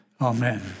amen